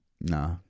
Nah